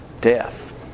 death